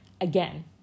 again